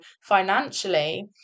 financially